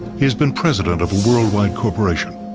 he has been president of a worldwide corporation,